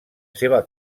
seva